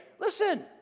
Listen